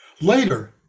later